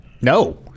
no